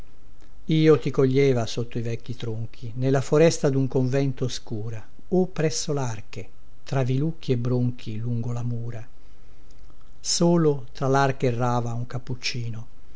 io ti coglieva sotto i vecchi tronchi nella foresta dun convento oscura o presso larche tra vilucchi e bronchi lungo la mura solo tra larche errava un cappuccino